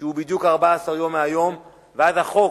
שהוא בדיוק 14 יום מהיום, ואגב, החוק